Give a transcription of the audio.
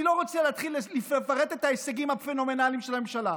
אני לא רוצה להתחיל לפרט את ההישגים הפנומנליים של הממשלה.